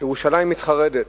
ירושלים מתחרדת.